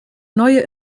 neue